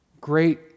great